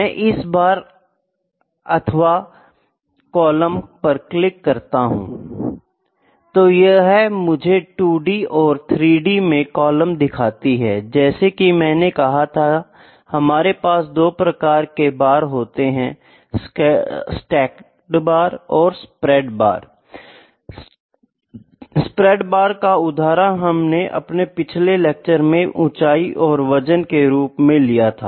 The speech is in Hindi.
मैं इस बार अथवा कॉलम पर क्लिक करता हूं Iतो यह मुझे 2Dऔर 3D में कॉलमदिखाती है I जैसा कि मैंने कहा था हमारे पास दो प्रकार की बार होती है स्टैक्डबार और spread bar I spread bar का उदाहरण हमने आपने पिछले लेक्चर में ऊंचाई और वजन के रूप में लिया था